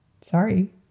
sorry